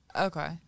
Okay